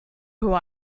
who